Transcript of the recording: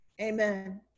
amen